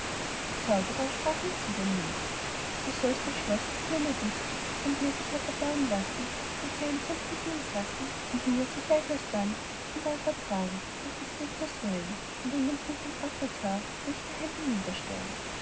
der zaubrer sprach mit siegermiene du sollst das schloß das jener wicht von dir sich hat erbauen lassen mit seinen sämtlichen insassen und mir zugleich alsbald von da forttragen durch des äthers wellen und an dem punkt in afrika wo ich daheim bin niederstellen